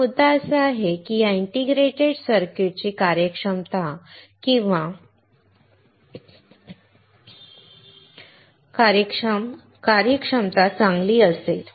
पण मुद्दा असा आहे की या इंटिग्रेटेड सर्किट्स ची कार्यक्षमता किंवा कार्यक्षम कार्यक्षमता चांगली असेल